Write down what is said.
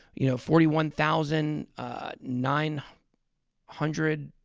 you know, forty one thousand nine hundred